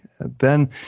Ben